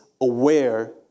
aware